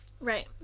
Right